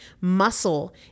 Muscle